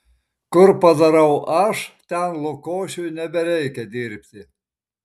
kur padarau aš ten lukošiui nebereikia dirbti